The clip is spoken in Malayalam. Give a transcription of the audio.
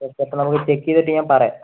ബ്ലഡ് ഒക്കെ നമുക്ക് ചെക്ക് ചെയ്തിട്ട് ഞാൻ പറയാം